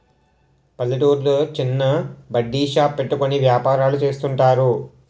పల్లెటూర్లో చిన్న బడ్డీ షాప్ పెట్టుకుని వ్యాపారాలు చేస్తుంటారు